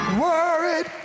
worried